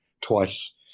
twice